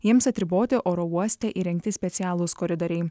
jiems atriboti oro uoste įrengti specialūs koridoriai